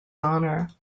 honor